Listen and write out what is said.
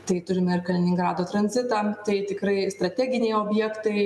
tai turime ir kaliningrado tranzitą tai tikrai strateginiai objektai